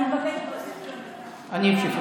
אני אצא.